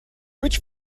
which